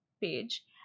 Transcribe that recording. page